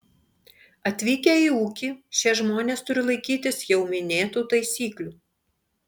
atvykę į ūkį šie žmonės turi laikytis jau minėtų taisyklių